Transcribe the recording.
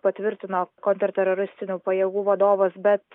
patvirtino kontrateroristinių pajėgų vadovas bet